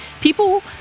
people